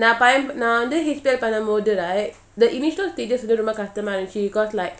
um நான்நான்வந்து:nan nan vandhu right the initial stages ரொம்பகஷ்டமாஇருந்துச்சு:romba kastama irunthuchu because like